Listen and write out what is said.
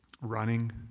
running